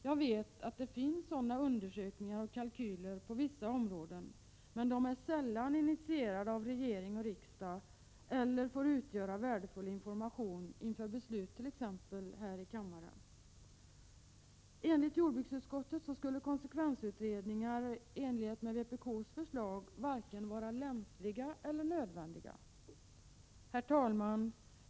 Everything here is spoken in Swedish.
Jag vet att man gjort sådana undersökningar och kalkyler på vissa områden, men de är sällan initierade av regering och riksdag, och de får inte heller utgöra värdefull information inför beslut t.ex. här i kammaren. Enligt jordbruksutskottet skulle konsekvensutredningar i enlighet med vpk:s förslag varken vara lämpliga eller nödvändiga. Herr talman!